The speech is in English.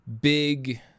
big